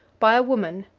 by a woman,